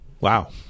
wow